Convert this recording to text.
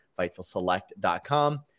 FightfulSelect.com